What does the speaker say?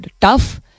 tough